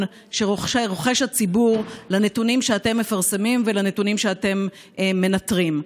שרוחש הציבור לנתונים שאתם מפרסמים ולנתונים שאתם מנטרים.